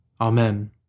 Amen